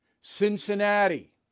Cincinnati